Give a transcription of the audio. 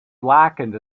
blackened